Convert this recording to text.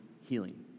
healing